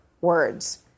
words